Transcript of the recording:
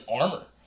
armor